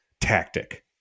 tactic